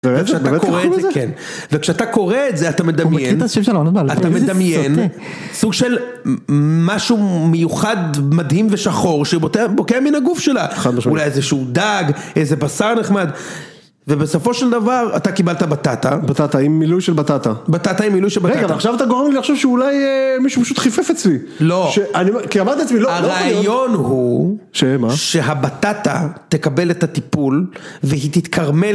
וכשאתה קורא את זה, אתה מדמיין סוג של משהו מיוחד מדהים ושחור שבוקע מן הגוף שלה! חד משמעית. אולי איזשהוא דג, איזה בשר נחמד, ובסופו של דבר אתה קיבלת בטטה. בטטה עם מילוי של בטטה. בטטה עם מילוי של בטטה. רגע, עכשיו אתה גורם לי לחשוב שאולי מישהו פשוט חיפף אצלי! לא. הרעיון הוא... שמה? שהבטטה תקבל את הטיפול והיא תתקרמל.